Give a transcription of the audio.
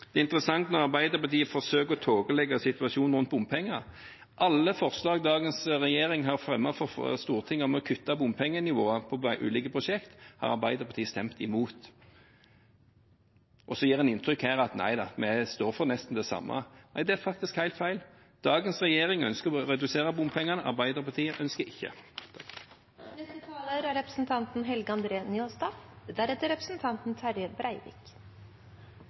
Det er interessant når Arbeiderpartiet forsøker å tåkelegge situasjonen rundt bompenger. Alle forslag dagens regjering har fremmet for Stortinget om å kutte bompengenivået på ulike prosjekt, har Arbeiderpartiet stemt imot. Så gir en her inntrykk av at nei, en står for nesten det samme. Nei, det er faktisk helt feil. Dagens regjering ønsker å redusere bompengene, Arbeiderpartiet ønsker ikke. Eg merka meg òg at representanten